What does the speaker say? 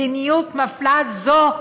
מדיניות מפלה זו,